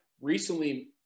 recently